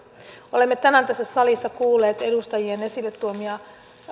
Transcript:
olemme tänään tässä salissa kuulleet edustajien esille tuomia